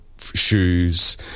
shoes